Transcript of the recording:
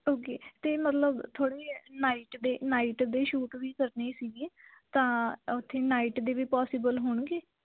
okay ਅਤੇ ਮਤਲਬ ਥੋੜ੍ਹਾ ਜਿਹਾ ਨਾਈਟ ਦੇ ਨਾਈਟ ਦੇ ਸ਼ੂਟ ਵੀ ਕਰਨੇ ਸੀਗੇ ਤਾਂ ਉੱਥੇ ਨਾਈਟ ਦੇ ਵੀ ਪੋਸੀਬਲ ਹੋਣਗੇ